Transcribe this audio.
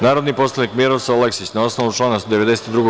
Narodni poslanik Miroslav Aleksić na osnovu člana 92.